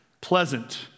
pleasant